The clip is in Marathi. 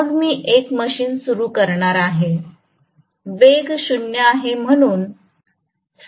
मग मी एक मशीन सुरू करणार आहे वेग शून्य आहे म्हणून स्लिप एक होईल